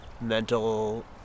mental